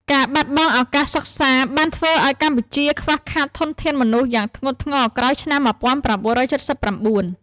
ការបាត់បង់ឱកាសសិក្សាបានធ្វើឱ្យកម្ពុជាខ្វះខាតធនធានមនុស្សយ៉ាងធ្ងន់ធ្ងរក្រោយឆ្នាំ ១៩៧៩។